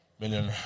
million